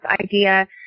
idea